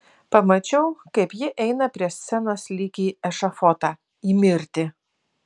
pamačiau kaip ji eina prie scenos lyg į ešafotą į mirtį